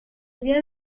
bien